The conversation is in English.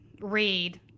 read